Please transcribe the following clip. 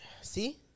See